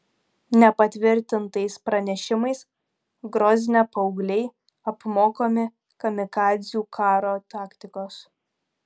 nepatvirtintais pranešimais grozne paaugliai apmokomi kamikadzių karo taktikos